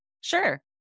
Sure